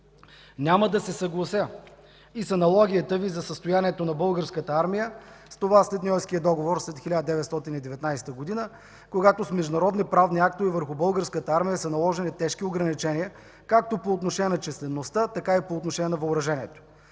Няма да се съглася и с аналогията Ви за състоянието на Българската армия с това след Ньойския договор след 1919 г., когато с международни правни актове върху Българската армия са наложени тежки ограничения както по отношение на числеността, така и по отношение на въоръжението.